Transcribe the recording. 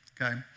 okay